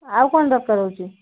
ଆଉ କ'ଣ ଦରକାର ହେଉଛି